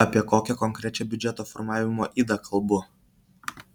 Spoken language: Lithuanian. apie kokią konkrečią biudžeto formavimo ydą kalbu